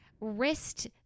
wrist